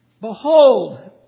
Behold